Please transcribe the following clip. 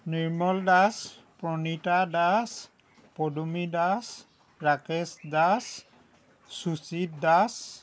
Nirmal Das Pranita Das Padumi Das Rakesh Das Sujit Das